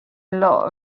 lot